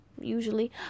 Usually